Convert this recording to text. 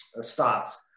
starts